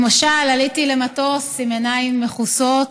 למשל, עליתי למטוס עם עיניים מכוסות,